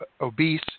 obese